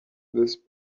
with